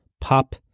pop